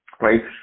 right